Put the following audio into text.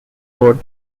board